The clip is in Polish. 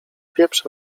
pieprz